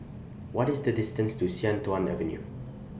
What IS The distance to Sian Tuan Avenue